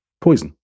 poison